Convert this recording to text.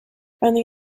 only